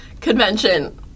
Convention